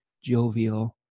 Jovial